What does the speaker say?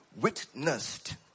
witnessed